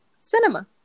cinema